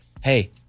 hey